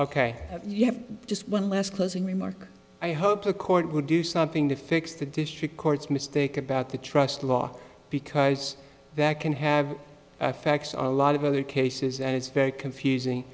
ok yeah just one last closing remark i hope the court will do something to fix the district court's mistake about the trust law because that can have facts on a lot of other cases and it's very confusing